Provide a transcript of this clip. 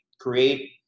create